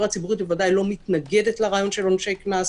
הציבורית בוודאי לא מתנגדת לעונשי קנס,